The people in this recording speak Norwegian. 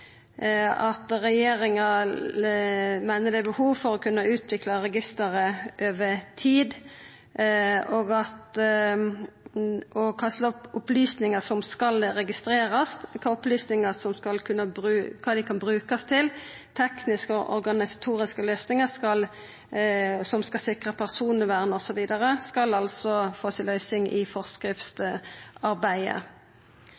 at regjeringa meiner det er behov for å kunna utvikla registeret over tid. Kva slags opplysningar som skal registrerast, kva dei kan brukast til, tekniske og organisatoriske løysingar som skal sikra personvern osv., skal altså få si løysing i